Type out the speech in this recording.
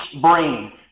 brain